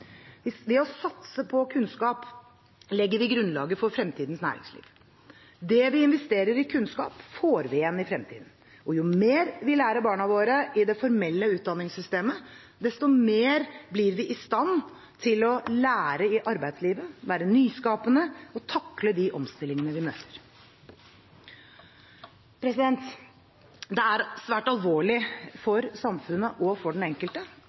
Ved å satse på kunnskap legger vi grunnlaget for fremtidens næringsliv. Det vi investerer i kunnskap, får vi igjen i fremtiden. Og jo mer vi lærer barna våre i det formelle utdanningssystemet, desto mer blir vi i stand til å lære i arbeidslivet, være nyskapende og takle de omstillingene vi møter. Det er svært alvorlig for samfunnet, og for den enkelte,